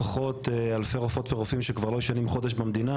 לפחות אלפי רופאות ורופאים שכבר לא ישנים חודש במדינה,